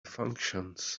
functions